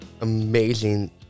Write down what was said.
amazing